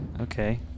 okay